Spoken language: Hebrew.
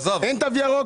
אין תו ירוק,